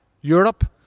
Europe